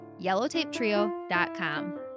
yellowtapetrio.com